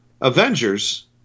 Avengers